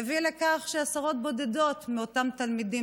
מביאים לכך שעשרות בודדות מאותם תלמידים